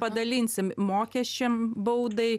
padalinsim mokesčiam baudai